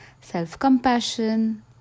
self-compassion